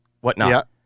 whatnot